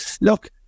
look